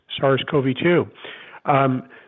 SARS-CoV-2